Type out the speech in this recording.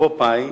אפרופו "פאי",